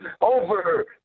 over